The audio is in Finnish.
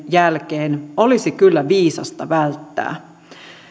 jälkeen olisi kyllä viisasta välttää